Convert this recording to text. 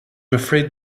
afraid